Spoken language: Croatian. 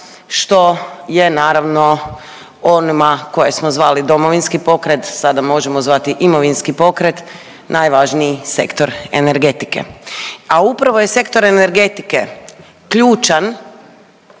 što je naravno onima koje smo zvali Domovinski pokret sada možemo zvati imovinski pokret najvažniji sektor energetike, a upravo je sektor energetike ključan